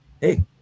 hey